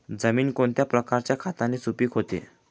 जमीन कोणत्या प्रकारच्या खताने सुपिक होते?